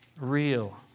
real